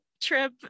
trip